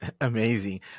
amazing